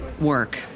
work